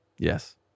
Yes